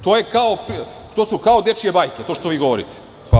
To su kao dečije bajke to što vi govorite.